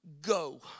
go